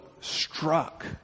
struck